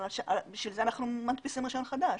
לכן אנחנו מדפיסים רישיון חדש.